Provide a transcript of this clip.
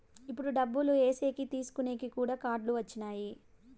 ఇప్పుడు డబ్బులు ఏసేకి తీసుకునేకి కూడా కార్డులు వచ్చినాయి